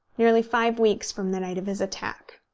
nearly five weeks from the night of his attack.